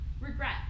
Regret